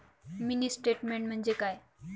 Mini statement म्हणजे काय?